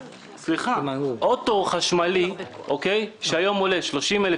דוגמה: אוטו חשמלי שהיום עולה 30,000